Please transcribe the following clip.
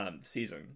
season